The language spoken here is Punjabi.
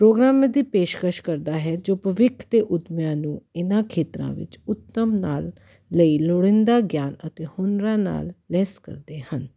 ਪ੍ਰੋਗਰਾਮਾਂ ਦੀ ਪੇਸ਼ਕਸ਼ ਕਰਦਾ ਹੈ ਜੋ ਭਵਿੱਖ ਦੇ ਉਦਮੀਆਂ ਨੂੰ ਇਹਨਾਂ ਖੇਤਰਾਂ ਵਿੱਚ ਉੱਤਮ ਨਾਲ ਲਈ ਲੋੜੀਂਦਾ ਗਿਆਨ ਅਤੇ ਹੁਨਰਾਂ ਨਾਲ ਲੈਸ ਕਰਦੇ ਹਨ